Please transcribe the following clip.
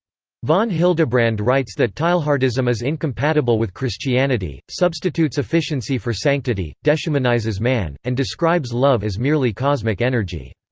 von hildebrand writes that teilhardism is incompatible with christianity, substitutes efficiency for sanctity, deshumanizes man, and describes love as merely cosmic energy.